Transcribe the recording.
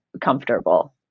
comfortable